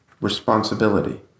responsibility